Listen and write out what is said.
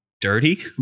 dirty